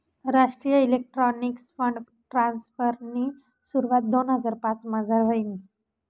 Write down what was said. राष्ट्रीय electronics fund ट्रान्स्फरनी सुरवात दोन हजार पाचमझार व्हयनी